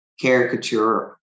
caricature